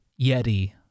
Yeti